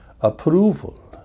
approval